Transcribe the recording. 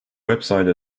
website